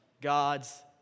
God's